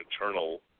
internal